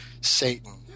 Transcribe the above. Satan